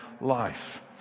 life